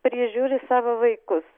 prižiūri savo vaikus